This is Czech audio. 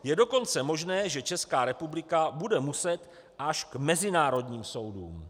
Je dokonce možné, že Česká republika bude muset až k mezinárodním soudům.